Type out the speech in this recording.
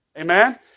Amen